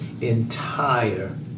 entire